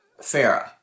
Farah